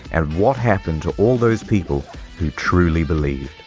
and what happened to all those people who truly believed.